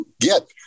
get